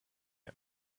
him